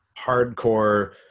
hardcore